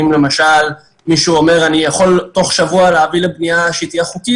אם למשל מישהו אומר: אני יכול תוך שבוע להביא לבנייה שתהיה חוקית